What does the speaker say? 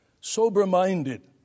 sober-minded